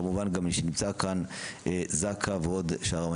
כמובן גם מי שנמצא כאן, זק"א ועוד השאר.